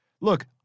Look